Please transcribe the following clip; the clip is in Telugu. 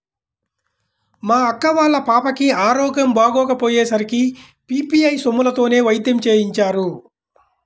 మా అక్క వాళ్ళ పాపకి ఆరోగ్యం బాగోకపొయ్యే సరికి పీ.పీ.ఐ సొమ్ములతోనే వైద్యం చేయించారు